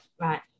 Right